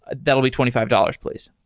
ah that will be twenty five dollars, please.